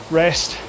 rest